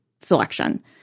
selection